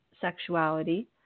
sexuality